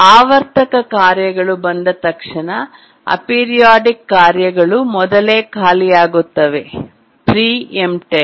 ಆವರ್ತಕ ಕಾರ್ಯಗಳು ಬಂದ ತಕ್ಷಣ ಏಪಿರಿಯಾಡಿಕ್ ಕಾರ್ಯಗಳು ಮೊದಲೇ ಖಾಲಿಯಾಗುತ್ತವೆ ಪ್ರಿ ಎಂಪ್ಟೆಡ್